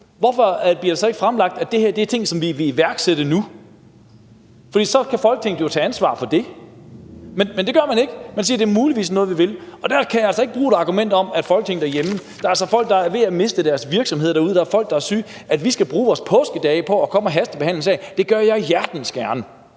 hvorfor bliver det så ikke fremlagt sådan, at det her er ting, som vi vil iværksætte nu? For så kan Folketinget jo tage ansvar for det. Men det gør man ikke; man siger, at det muligvis er noget, vi vil iværksætte, og der kan jeg altså ikke bruge et argument om, at Folketingets medlemmer er derhjemme. Der er altså folk, der er ved at miste deres virksomheder derude, og folk, der er syge – at vi skal bruge vores påskedage på at komme og hastebehandle sagen, gør jeg hjertens gerne.